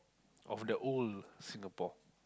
of the old Singapore